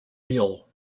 real